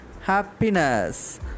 happiness